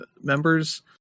members